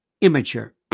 immature